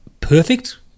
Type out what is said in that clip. perfect